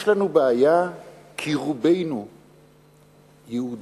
יש לנו בעיה כי רובנו יהודים.